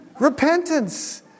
Repentance